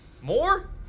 More